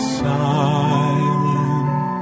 silent